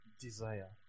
Desire